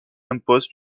impose